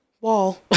wall